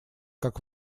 как